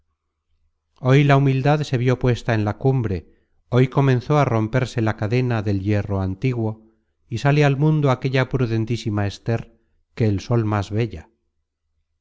hoy la humildad se vió puesta en la cumbre hoy comenzó a romperse la cadena del hierro antiguo y sale al mundo aquella prudentísima ester que el sol más bella